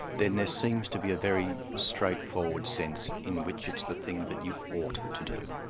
then there seems to be a very straightforward sense in which it's the thing that you ought to do.